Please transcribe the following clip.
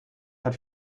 hat